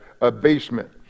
abasement